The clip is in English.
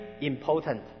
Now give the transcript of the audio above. important